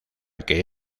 que